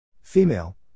Female